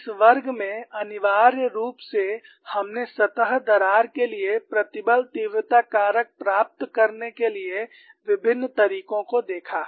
इस वर्ग में अनिवार्य रूप से हमने सतह दरार के लिए प्रतिबल तीव्रता कारक प्राप्त करने के लिए विभिन्न तरीकों को देखा